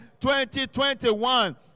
2021